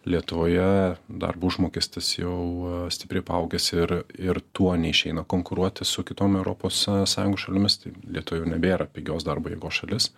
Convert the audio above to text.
lietuvoje darbo užmokestis jau stipriai paaugęs ir ir tuo neišeina konkuruoti su kitom europos sąjungos šalimis tai lietuva jau nebėra pigios darbo jėgos šalis